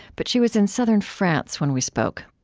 but she was in southern france when we spoke